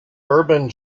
urban